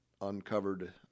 uncovered